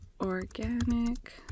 Organic